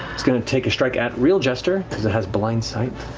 it's going to take a strike at real jester, because it has blindsight.